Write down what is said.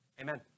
amen